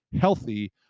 healthy